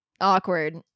Awkward